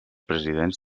presidents